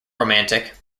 romantic